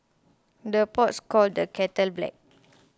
the pots calls the kettle black